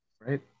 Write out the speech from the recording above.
Right